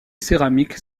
céramiques